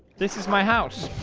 this is my house